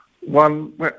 one